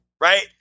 right